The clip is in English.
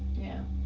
yeah.